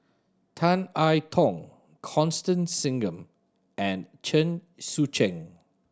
Tan I Tong Constance Singam and Chen Sucheng